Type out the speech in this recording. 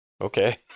Okay